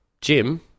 jim